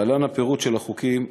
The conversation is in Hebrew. להלן הפירוט של החוקים.